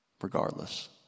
regardless